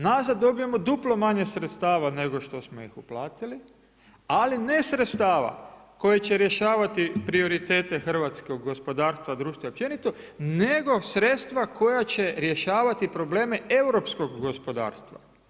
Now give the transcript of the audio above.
Nazad dobijemo duplo manje sredstava nego što smo ih uplatili, ali ne sredstava koji će rješavati prioritete hrvatskog gospodarstva, društva općenito, nego sredstva koja će rješavati probleme europskog gospodarstva.